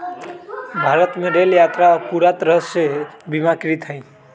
भारत में रेल यात्रा अब पूरा तरह से बीमाकृत हई